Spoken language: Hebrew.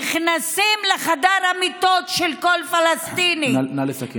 נכנסים לחדר המיטות של כל פלסטיני, נא לסכם בבקשה.